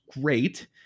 great